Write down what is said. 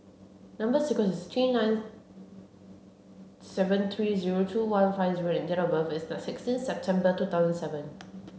number sequence is T nine seven three zero two one five O and date of birth is the sixteenth September two thousand seven